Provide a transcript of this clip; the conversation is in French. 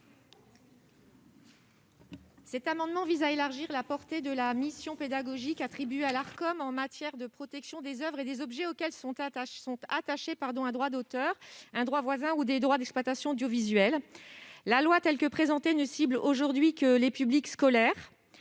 amendement vise à élargir la portée de la mission pédagogique attribuée à l'Arcom en matière de protection des oeuvres et des objets auxquels sont attachés un droit d'auteur, un droit voisin ou des droits d'exploitation audiovisuelle. Le projet de loi tel qu'il est présenté ne cible aujourd'hui que les publics scolaires.